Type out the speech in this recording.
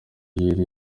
yari